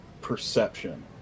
Perception